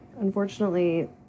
unfortunately